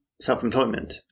self-employment